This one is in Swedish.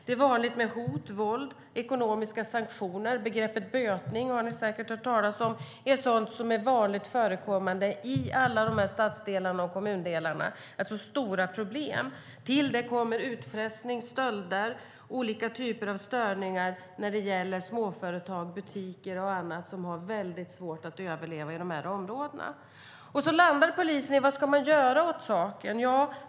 Det är vanligt med hot, våld och ekonomiska sanktioner. Begreppet "bötning", som ni säkert har hört talas om, är sådant som är vanligt förekommande i alla de här stads och kommundelarna. Det är stora problem. Till detta kommer utpressning, stölder och olika typer av störningar när det gäller småföretag och butiker, som har väldigt svårt att överleva i de här områdena. Polisen landar i frågan vad man ska göra åt saken.